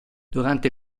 durante